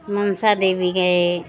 मनसा देवी गए